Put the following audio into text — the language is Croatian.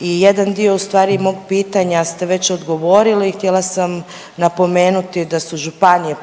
I jedan dio u stvari mog pitanja ste već odgovorili. Htjela sam napomenuti da su županije